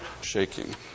shaking